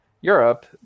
europe